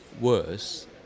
worse